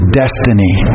destiny